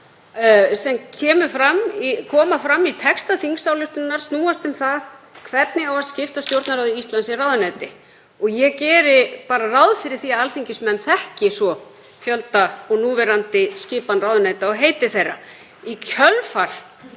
sem koma fram í texta þingsályktunartillögunnar snúast um það hvernig á að skipta á Stjórnarráði Íslands í ráðuneyti og ég geri bara ráð fyrir því að alþingismenn þekki svo fjölda og núverandi skipan ráðuneyta og heiti þeirra. Í kjölfar